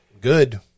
good